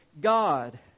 God